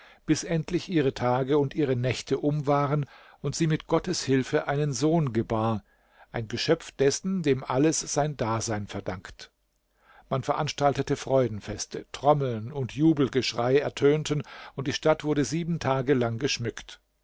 bis endlich ihre tage und ihre nächte um waren und sie mit gottes hilfe einen sohn gebar ein geschöpf dessen dem alles sein dasein verdankt man veranstaltete freudenfeste trommeln und jubelgeschrei ertönten und die stadt wurde sieben tage lang geschmückt